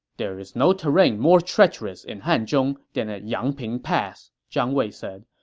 there is no terrain more treacherous in hanzhong than at yangping pass, zhang wei said.